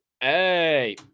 hey